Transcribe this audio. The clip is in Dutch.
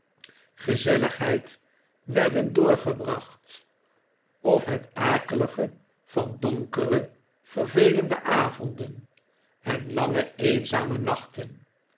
gezelligheid werden doorgebracht of het akelige van donkere vervelende avonden en lange eenzame nachten